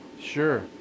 Sure